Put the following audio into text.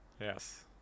Yes